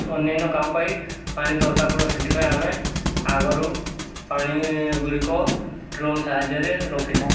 ଅନ୍ୟାନ୍ୟ କାମ ପାଇଁ ପାଣି ଦରକାର ପଡ଼ିବ ସେଥିପାଇଁ ଆମେ ଆଗରୁ ପାଣି ଗୁଡ଼ିକ ଡ୍ରମ୍ ସାହାଯ୍ୟରେ ରଖିଥାଉଁ